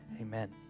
Amen